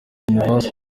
universal